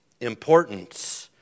importance